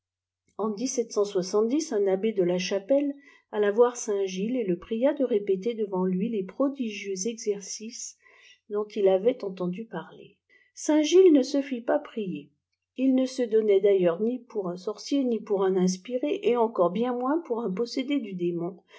en un abbé de la chapelle alla voir saint-gilles et le pria de répéter devant luî'les prodigieux exercices dont il avait entendu parler saintgilles ne se fît pas prier il ne se donnait d'ailleurs ni pour un sorcier ni pour un inspiré et encore bien moins pour un possédé du démon